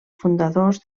fundadors